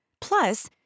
Plus